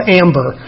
amber